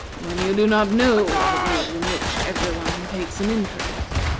when you do not know what it is in which every one takes an interest?